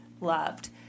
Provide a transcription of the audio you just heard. loved